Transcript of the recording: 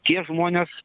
tie žmonės